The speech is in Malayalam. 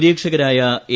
നിരീക്ഷരായ എ